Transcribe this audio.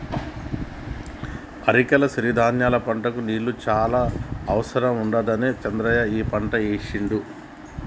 అరికల సిరి ధాన్యాల పంటకు నీళ్లు చాన అవసరం ఉండదని చంద్రయ్య ఈ పంట ఏశిండు